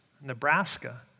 Nebraska